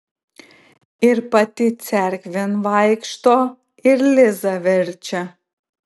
ir pati cerkvėn vaikšto ir lizą verčia